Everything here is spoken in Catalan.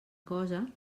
cosa